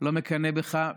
אני לא מקנא בך.